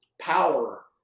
power